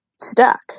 stuck